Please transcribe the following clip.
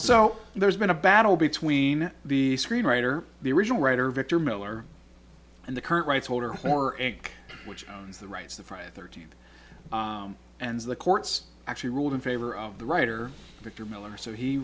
so there's been a battle between the screenwriter the original writer victor miller and the current rights holder for eg which owns the rights the friday the thirteenth and the courts actually ruled in favor of the writer victor miller so he